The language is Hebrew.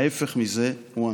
ההפך מזה הוא הנכון.